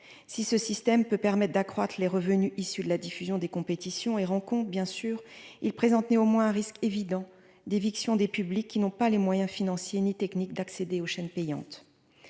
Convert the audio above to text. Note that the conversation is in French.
si ce système peut permettre d'accroître les revenus issus de la diffusion des compétitions et rencontre bien sûr, il présente néanmoins un risque évident d'éviction des publics qui n'ont pas les moyens financiers ni technique d'accéder aux chaînes payantes,